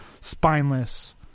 spineless